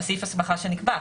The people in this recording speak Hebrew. סעיף ההסמכה שנקבע.